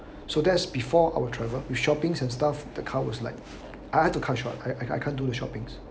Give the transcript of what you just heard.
so that's before our travel we shopping and stuff the car was like I I have to cut short I I can't do the shopping